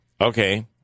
Okay